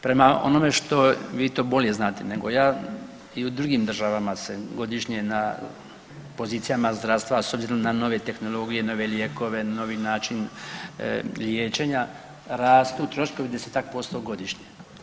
Prema onome što, vi to bolje znate nego ja i u drugim državama se godišnje na pozicijama zdravstva s obzirom na nove tehnologije, nove lijekove, novi način liječenja rastu troškovi 10-tak posto godišnje.